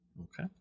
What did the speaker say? Okay